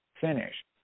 finish